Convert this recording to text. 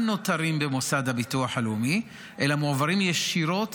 נותרים במוסד לביטוח לאומי אלא מועברים ישירות